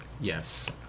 Yes